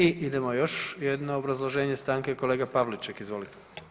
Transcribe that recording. I idemo još jedno obrazloženje stanke, kolega Pavliček, izvolite.